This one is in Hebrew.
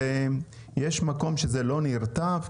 יש מקום שזה לא נרטב,